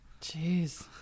Jeez